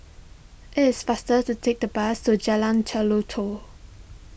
it is faster to take the bus to Jalan Jelutong